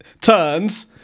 Turns